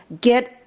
Get